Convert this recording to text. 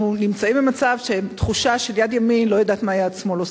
אנחנו נמצאים בתחושה שיד ימין לא יודעת מה יד שמאל עושה.